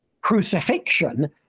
crucifixion